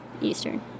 Eastern